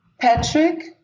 Patrick